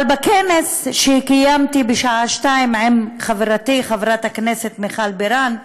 אבל בכנס שקיימתי בשעה 14:00 עם חברתי חברת הכנסת מיכל בירן,